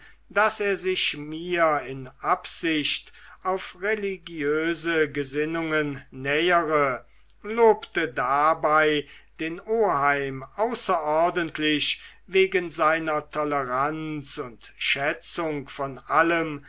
daß er sich mir in absicht auf religiöse gesinnungen nähere lobte dabei den oheim außer ordentlich wegen seiner toleranz und schätzung von allem